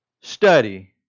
study